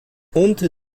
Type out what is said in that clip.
und